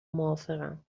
موافقم